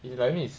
you like me